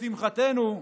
לשמחתנו,